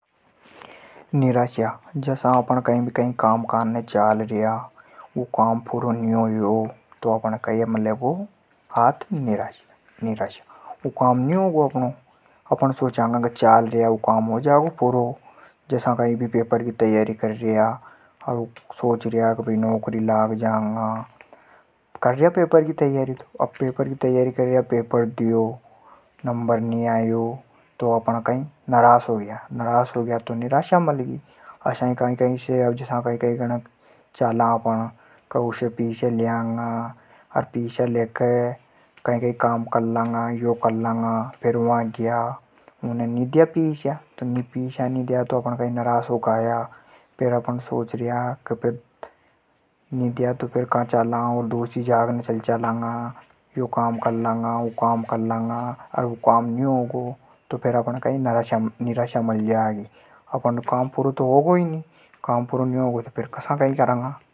निराशा, जसा अपण कई भी काम काने चालर्या अर नी होयो तो कई मलेगो हाथ निराशा। ऊं काम नी होगों अपणो। अपण सोचांगा चालर्या ऊं काम हो जागो पुरों। जसा कई भी पेपर की तैयारी कर्या अर सोचर्या भई नौकरी लाग जांगा, कर्या पेपर की तैयारी तो। अब पेपर द्यो नंबर नी आयो। नंबर नी आयो तो अपण निराश होग्या तो अपण हे मली निराशा। जसा कोई के पास अपण रुपया मांगबा ग्या। भई रुपया लेके यो काम कर लांगा। अर नी मल्या तो आपणे हाथ कई लागी निराशा। फेर अपण सोचर्या के दूसरी जाग ने चाला। यो काम कर लांगा ऊ काम कर लांगा। फेर काम नी होयो तो अपण है कई मलेगी निराशा।